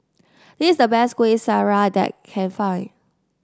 this is the best Kuih Syara that can find